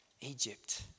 Egypt